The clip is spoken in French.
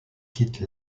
quitte